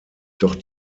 doch